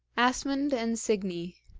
asmund and signy